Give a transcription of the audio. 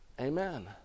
Amen